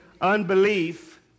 Unbelief